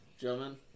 gentlemen